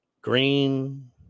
Green